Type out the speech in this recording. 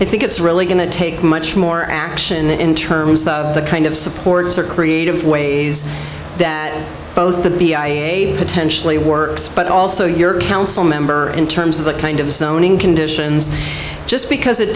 i think it's really going to take much more action in terms of the kind of support for creative ways that both to be a potentially works but also your council member in terms of the kind of zoning conditions just because it